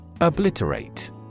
Obliterate